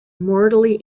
mortally